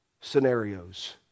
scenarios